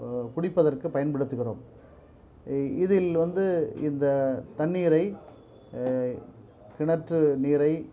குடிப்பதற்கு பயன்படுத்துகிறோம் இதில் வந்து இந்த தண்ணீரை கிணற்று நீரை